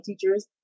teachers